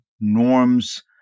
norms